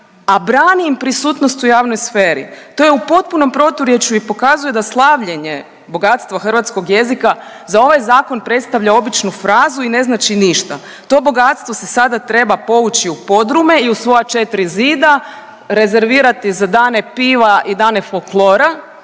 a brani im prisutnost u javnoj sferi, to je u potpunom proturječju i pokazuje da slavljenje bogatstva hrvatskog jezika za ovaj Zakon predstavlja običnu frazu i ne znači ništa. To bogatstvo se sada treba povući u podrume i u svoja 4 zida rezervirati za dane piva i dane folklora,